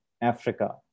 Africa